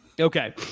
okay